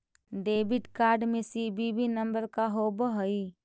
Debit card में CVV number का होव हइ?